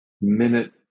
minute